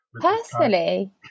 Personally